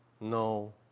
No